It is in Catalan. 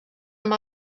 amb